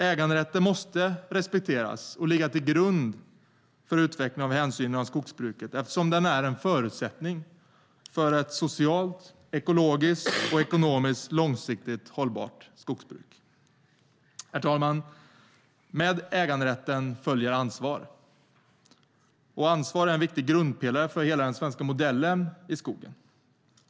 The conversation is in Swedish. Äganderätten måste respekteras och ligga till grund för utvecklingen av hänsynen inom skogsbruket eftersom den är en förutsättning för ett socialt, ekologiskt och ekonomiskt långsiktigt hållbart skogsbruk. Herr talman! Med äganderätten följer ansvar. Ansvar är en viktig grundpelare för hela den svenska modellen för skogen.